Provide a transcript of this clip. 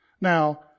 Now